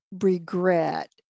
regret